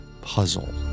puzzle